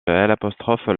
accent